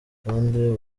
kandi